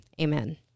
amen